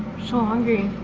so hungry